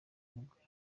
umugore